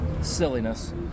silliness